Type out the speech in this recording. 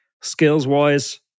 Skills-wise